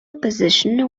opposition